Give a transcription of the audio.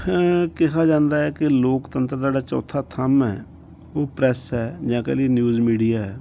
ਕਿਹਾ ਜਾਂਦਾ ਹੈ ਕਿ ਲੋਕਤੰਤਰ ਦਾ ਜਿਹੜਾ ਚੌਥਾ ਥੰਮ ਹੈ ਉਹ ਪ੍ਰੈਸ ਹੈ ਜਾਂ ਕਹਿ ਦਈਏ ਕਿ ਨਿਊਜ ਮੀਡੀਆ ਹੈ